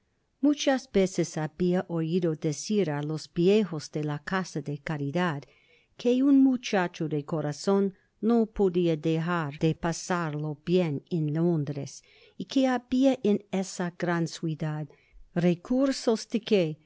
muchas veces habia oido decir á los viejos de la casa de caridad que un muchacho de corazon no podia dejar de pasarlo bien en londres y que habia en esa gran ciudad recursos de que